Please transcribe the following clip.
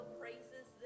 praises